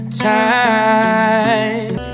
time